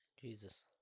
Jesus